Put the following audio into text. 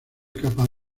capaz